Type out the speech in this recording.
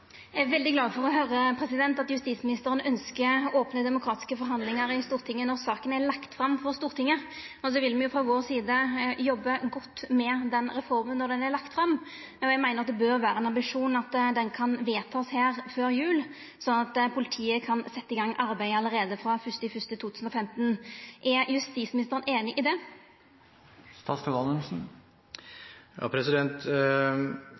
Eg er veldig glad for å høyra at justisministeren ønskjer opne, demokratiske forhandlingar i Stortinget når saka er lagd fram for Stortinget. Og så vil me frå vår side jobba godt med reforma når ho er lagd fram. Eg meiner at det bør vera ein ambisjon at ho kan verta vedteken her før jul, sånn at politiet kan setja i gang arbeidet allereie frå 1. januar 2015. Er justisministeren einig i det?